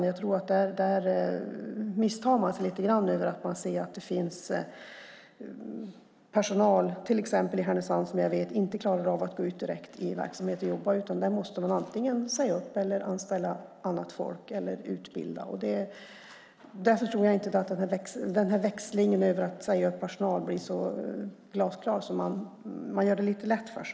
Jag vet att det finns personal i till exempel Härnösand som inte klarar av att gå ut direkt i verksamhet och jobba. Där måste antingen ske uppsägningar, annat folk anställas eller utbildas. Därför tror jag inte att växlingen med att säga upp personal blir så glasklar. Man gör det lite lätt för sig.